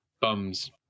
bums